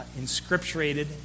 inscripturated